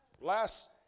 last